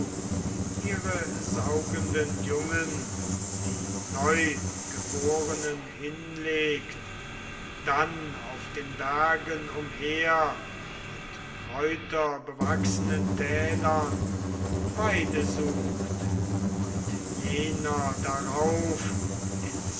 ihre saugenden jungen die neugeborenen hinlegt dann auf den bergen umher und kräuterbewachsenen tälern weide sucht und jener darauf